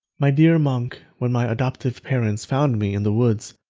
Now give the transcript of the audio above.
my dear monk, when my adoptive parents found me in the woods,